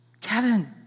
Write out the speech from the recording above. Kevin